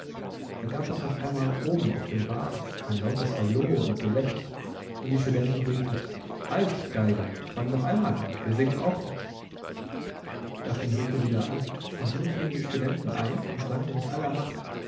da gab es auf einmal oben auf dem wagen ein lautes hallo und gelächter und die studenten riefen halt geiger fang noch einmal an wir singen auch mit da fing rico wieder an und nun fielen die studenten ein und sangen mit aller macht